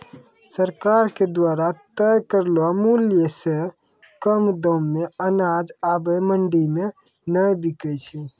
सरकार के द्वारा तय करलो मुल्य सॅ कम दाम मॅ अनाज आबॅ मंडी मॅ नाय बिकै छै